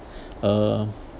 uh